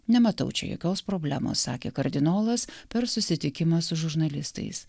nematau čia jokios problemos sakė kardinolas per susitikimą su žurnalistais